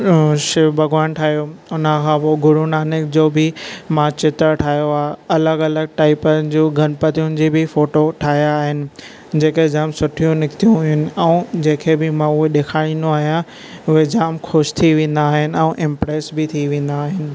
शिव भग॒वानु ठाहियो हुन खां पोइ गुरु नानक जो बि मां चित्र ठाहियो आहे अलगि॒ अलगि॒ टाइप जूं गणपतियुनि जा बि फ़ोटो ठाहिया आहिनि जेके जाम सुठियूं निकतियूं हुयूं ऐं जिंहिं खे बि मां उहे ॾेखारींदो आहियां उहे जाम खु़शि थी वेंदा आहिनि ऐं इमप्रैस बि थी वेंदा आहिनि